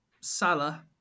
Salah